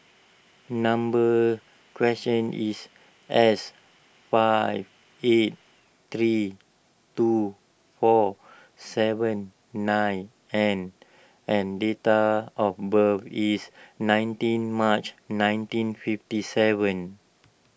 number question is S five eight three two four seven nine N and date of birth is nineteen March nineteen fifty seven